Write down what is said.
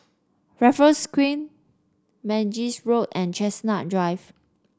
Raffles Quay Mangis Road and Chestnut Drive